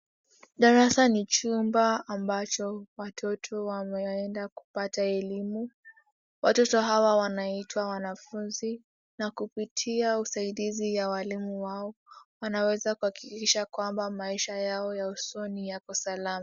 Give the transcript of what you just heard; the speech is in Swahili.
Darasa ni chumba ambacho watoto wanaenda kupata elimu. Watoto hawa wanaitwa wanafunzi na kupitia usaidizi wa walimu wao, wanaweza kuhakikisha kwamba maisha yao ya usoni yako salama.